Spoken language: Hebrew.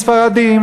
ספרדים,